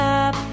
up